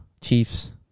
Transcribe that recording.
Chiefs